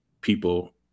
people